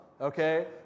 okay